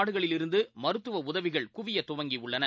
நாடுகளிலிருந்து மருத்துவ உதவிகள் குவிய துவங்கியுள்ளன